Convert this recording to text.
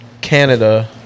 Canada